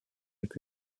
que